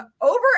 over